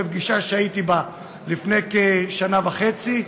בפגישה שהייתי בה לפני כשנה וחצי,